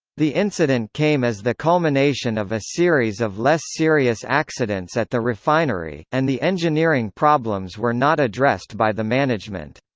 the incident came as the culmination of a series of less serious accidents at the refinery, and the engineering problems were not addressed by the management.